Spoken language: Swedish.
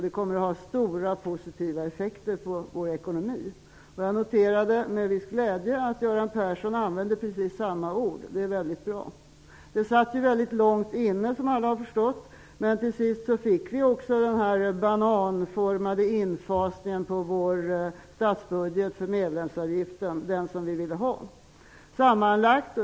Det kommer att ha stora positiva effekter på vår ekonomi. Jag noterade med viss glädje att Göran Persson använde precis samma ord. Det är bra. Som alla har förstått satt resultatet långt inne. Men till sist fick vi den bananformade infasning på statsbudgeten för medlemsavgiften som vi ville ha.